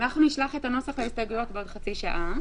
נשלח את נוסח ההסתייגויות בעוד חצי שעה.